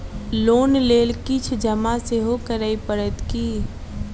Loan लेल किछ जमा सेहो करै पड़त की?